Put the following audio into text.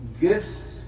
gifts